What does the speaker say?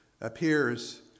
appears